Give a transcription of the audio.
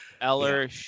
Eller